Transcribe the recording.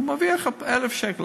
הוא מרוויח 1,000 שקל,